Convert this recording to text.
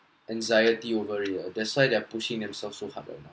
anxiety over it lah that's why they are pushing themselves so hard right now